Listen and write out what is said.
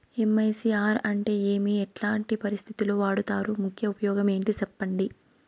MICR అంటే ఏమి? ఎట్లాంటి పరిస్థితుల్లో వాడుతారు? ముఖ్య ఉపయోగం ఏంటి సెప్పండి?